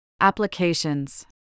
applications